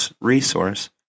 resource